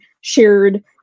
shared